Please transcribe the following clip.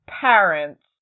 parents